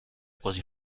quasi